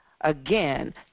again